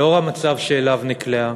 לנוכח המצב שאליו נקלעה,